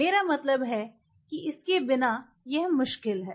मेरा मतलब है कि इसके बिना यह मुश्किल है